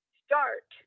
start